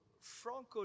Franco